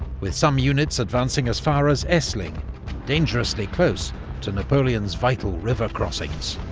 with some units advancing as far as essling dangerously close to napoleon's vital river crossings.